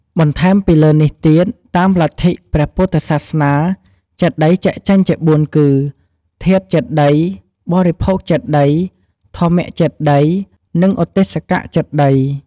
បន្ថែមពីលើនេះទៀត តាមលិទ្ធព្រះពុទ្ធសាសនាចេតិយចែកចេញជា៤គឺ ធាតុចេតិយ បរិភោគចេតិយ ធម្មចេតិយ និងឧទ្ទេសកចេតិយ។